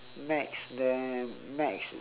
maths then maths